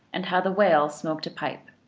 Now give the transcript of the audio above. and how the whale smoked a pipe.